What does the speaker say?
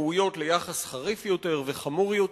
ראויות ליחס חריף וחמור יותר.